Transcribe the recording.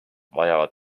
vajavad